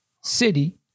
city